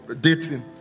dating